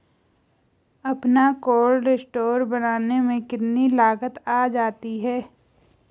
अपना cold store बनाने में कितनी लागत आ जाती है?